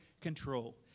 control